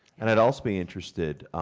and i'd also be interested,